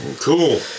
Cool